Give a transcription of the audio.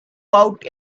out